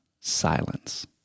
silence